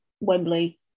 Wembley